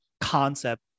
concept